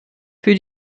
für